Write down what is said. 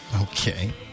Okay